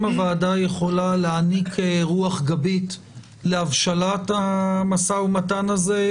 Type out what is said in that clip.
אם הוועדה יכולה להעניק רוח גבית להבשלת המשא-ומתן הזה,